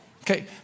Okay